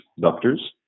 doctors